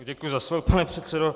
Děkuji za slovo, pane předsedo.